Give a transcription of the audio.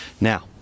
Now